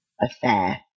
affair